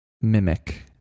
mimic